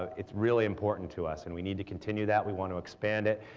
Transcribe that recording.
it's really important to us and we need to continue that. we want to expand it.